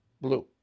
blue